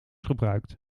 gebruikt